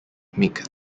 make